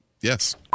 Yes